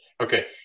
Okay